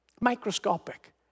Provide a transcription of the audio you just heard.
Microscopic